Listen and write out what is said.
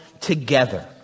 together